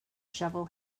shovel